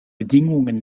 bedingungen